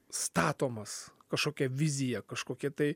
statomas kažkokia vizija kažkokie tai